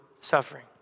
suffering